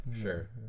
Sure